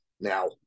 Now